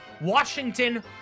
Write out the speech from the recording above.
Washington